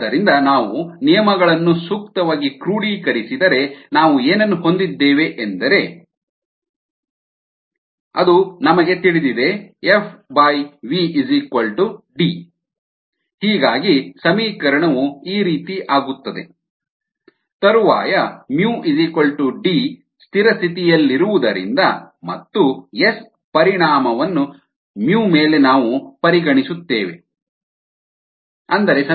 ಆದ್ದರಿಂದ ನಾವು ನಿಯಮಗಳನ್ನು ಸೂಕ್ತವಾಗಿ ಕ್ರೂಡೀಕರಿಸಿದರೆ ನಾವು ಏನನ್ನು ಹೊಂದಿದ್ದೇವೆ ಎಂದರೆ FVSi SμxYxS ಅದು ನಮಗೆ ತಿಳಿದಿದೆ FVD ಹೀಗಾಗಿ ಸಮೀಕರಣವು ಈ ರೀತಿ ಆಗುತ್ತದೆ DSi SμxYxS ತರುವಾಯ µ D ಸ್ಥಿರ ಸ್ಥಿತಿಯಲ್ಲಿರುವುದರಿಂದ ಮತ್ತು ಎಸ್ ಪರಿಣಾಮವನ್ನು µ ಮೇಲೆ ನಾವು ಪರಿಗಣಿಸುತ್ತೇವೆ i